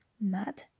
Mad